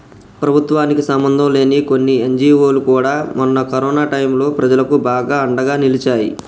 ప్రభుత్వానికి సంబంధంలేని కొన్ని ఎన్జీవోలు కూడా మొన్న కరోనా టైంలో ప్రజలకు బాగా అండగా నిలిచాయి